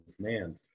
man